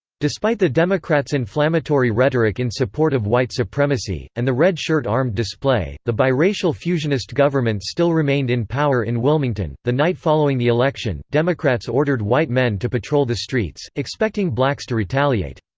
despite the democrats' inflammatory rhetoric in support of white supremacy, and the red shirt armed display, the biracial fusionist government still remained in power in wilmington the night following the election, democrats ordered white men to patrol the streets, expecting blacks to retaliate.